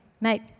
mate